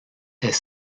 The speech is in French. est